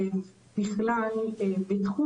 לבין מיצוי